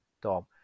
Dom